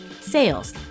sales